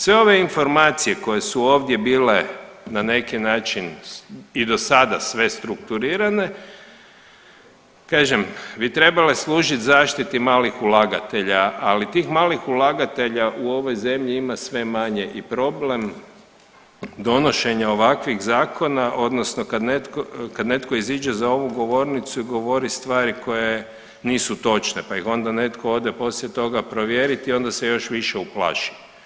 Sve ove informacije koje su ovdje bile na neki način i do sada sve strukturirane, kažem bi trebale služit zaštiti malih ulagatelja, ali tih malih ulagatelja u ovoj zemlji ima sve manje i problem donošenja ovakvih zakona odnosno kad netko, kad netko iziđe za ovu govornicu i govori stvari koje nisu točne, pa ih onda netko ode poslije toga provjeriti i onda se još više uplaši.